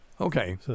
Okay